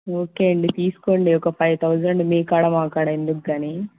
okay అండి తీసుకోండి ఒక ఫైవ్ థౌసండ్ మీ కాడ మా కాడ ఎందుకు కానీ